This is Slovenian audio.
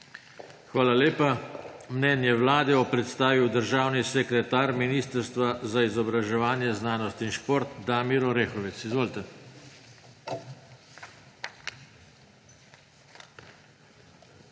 Hvala lepa. Mnenje vlade bo predstavil državni sekretar Ministrstva za izobraževanje, znanost in šport Damir Orehovec. Izvolite. DAMIR